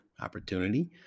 opportunity